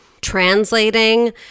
translating